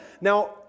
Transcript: Now